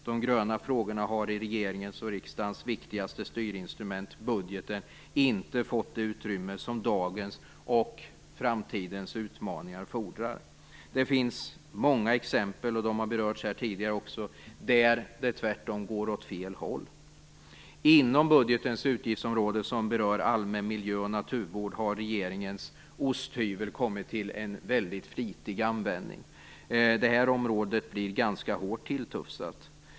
De gröna frågorna har i regeringens och riksdagens viktigaste styrinstrument, budgeten, inte fått det utrymme som dagens och framtidens utmaningar fordrar. Det finns många exempel, och de har också berörts här tidigare, där det tvärtom går åt fel håll. Inom budgetens utgiftsområde som berör allmän miljö och naturvård har regeringens osthyvel kommit till väldigt flitig användning. Det här området blir ganska hårt tilltufsat.